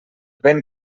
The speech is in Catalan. ben